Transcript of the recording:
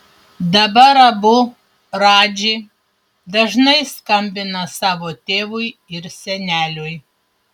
dabar abu radži dažnai skambina savo tėvui ir seneliui